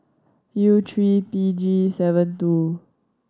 U three P G seven two